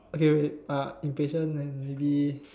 okay okay uh impatient and maybe